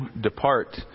depart